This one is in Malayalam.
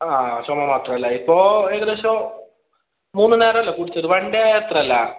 ആ ചുമ മാത്രം അല്ലേ ഇപ്പോൾ ഏകദേശം മൂന്ന് നേരം അല്ലേ കുടിക്കൽ വൺ ഡേ അത്ര അല്ലേ